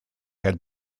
had